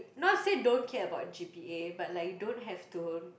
not say don't care about g_p_a but like you don't have to